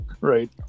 right